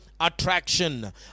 attraction